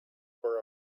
for